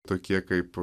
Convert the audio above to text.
tokie kaip